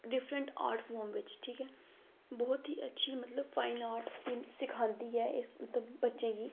different art form बिच्च ठीक ऐ बोह्त गै अच्छी मतलब फाईन आर्ट सखांदी ऐ एह् मतलब बच्चें गी